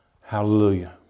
Hallelujah